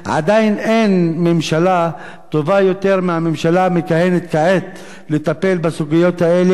עדיין אין ממשלה טובה יותר מהממשלה המכהנת כעת לטפל בסוגיות האלה,